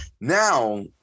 Now